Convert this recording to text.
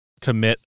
commit